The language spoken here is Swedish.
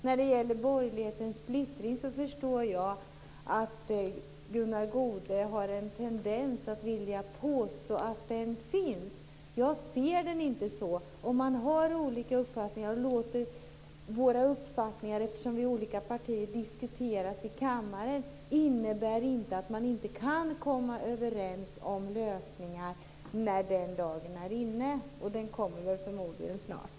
När det gäller borgerlighetens splittring förstår jag att Gunnar Goude har en tendens att påstå att det finns en sådan. Jag ser det inte så. Om man har olika uppfattningar som diskuteras i kammaren innebär det inte att man inte kan komma överens om lösningar när den dagen är inne, och den kommer väl förmodligen snart.